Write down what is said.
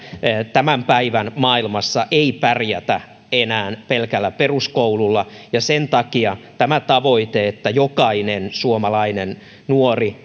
tämän päivän maailmassa ei pärjätä enää pelkällä peruskoululla ja sen takia tämä tavoite että jokainen suomalainen nuori